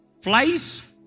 Flies